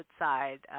outside